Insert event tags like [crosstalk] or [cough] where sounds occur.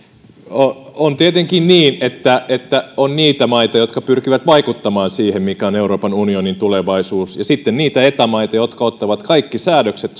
on tietenkin niin että että on niitä maita jotka pyrkivät vaikuttamaan siihen mikä on euroopan unionin tulevaisuus ja sitten niitä eta maita jotka ottavat kaikki säädökset [unintelligible]